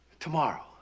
Tomorrow